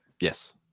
Yes